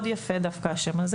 מאוד נכון לקיים על זה